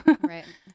Right